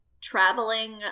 traveling